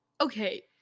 okay